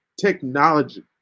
technology